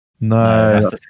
no